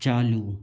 चालू